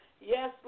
yes